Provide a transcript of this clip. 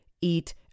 eat